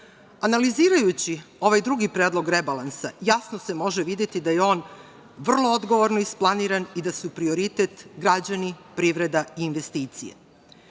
kase. Analizirajući ovaj drugi predlog rebalansa budžeta, jasno se može videti da je on vrlo odgovorno isplaniran i da su prioritet građani, privreda i investicije.